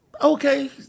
Okay